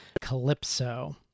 Calypso